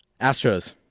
Astros